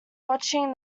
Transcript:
watching